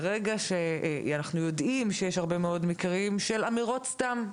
אנחנו יודעים שיש הרבה מקרים של אמירות סתם,